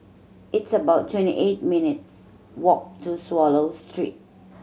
it's about twenty eight minutes' walk to Swallow Street